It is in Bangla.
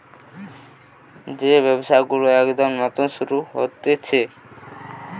যেই ব্যবসা গুলো একদম নতুন শুরু হতিছে